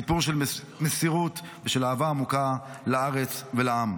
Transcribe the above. סיפור של מסירות ושל אהבה עמוקה לארץ ולעם.